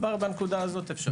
כבר בנקודה הזאת אפשר.